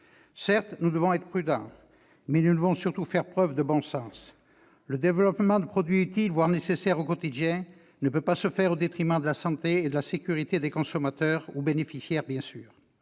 Certes, il convient d'être prudent. Toutefois, nous devons surtout faire preuve de bon sens. Le développement de produits utiles, voire nécessaires au quotidien ne peut pas se faire au détriment de la santé et de la sécurité des consommateurs ou bénéficiaires. Nous